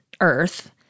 Earth